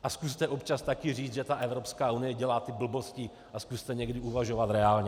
A zkuste občas taky říct, že Evropská unie dělá blbosti, a zkuste někdy uvažovat reálně.